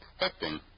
expecting